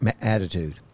attitude